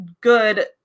good